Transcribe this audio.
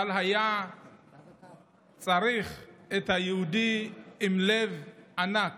אבל היה צריך את היהודי עם הלב הענק